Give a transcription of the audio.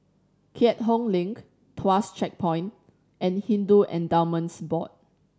Keat Hong Link Tuas Checkpoint and Hindu Endowments Board